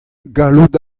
gallout